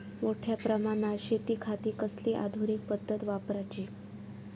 मोठ्या प्रमानात शेतिखाती कसली आधूनिक पद्धत वापराची?